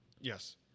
Yes